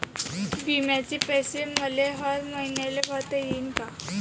बिम्याचे पैसे मले हर मईन्याले भरता येईन का?